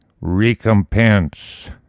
recompense